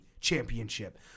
championship